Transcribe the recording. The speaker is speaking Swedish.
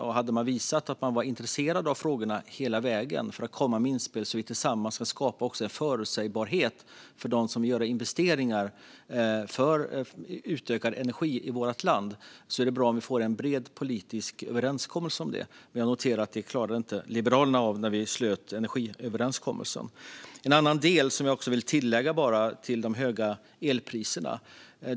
Hade de visat att de var intresserade av frågorna hela vägen och kommit med inspel så att vi tillsammans hade kunnat skapa en förutsägbarhet för dem som vill göra investeringar i utökad energi i vårt land hade det varit bra om vi fått en bred politisk överenskommelse om det. Men jag noterar att Liberalerna inte klarade av det när vi slöt energiöverenskommelsen. Jag vill tillägga en annan del när det gäller de höga elpriserna.